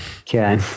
Okay